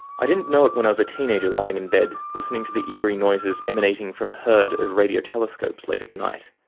i didn't know it when i was a teenager lying in bed, listening to eerie noises emanating from a herd of radiotelescopes late at night,